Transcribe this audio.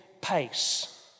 pace